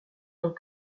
tant